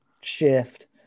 shift